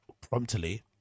promptly